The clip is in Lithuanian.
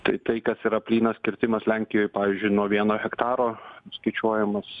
tai tai kas yra plynas kirtimas lenkijoj pavyzdžiui nuo vieno hektaro skaičiuojamas